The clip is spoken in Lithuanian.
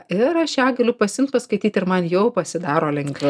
ir aš ją galiu pasiimti paskaityti ir man jau pasidaro lengviau